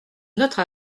notre